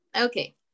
Okay